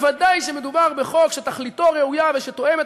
ודאי כשמדובר בחוק שתכליתו ראויה ושתואם את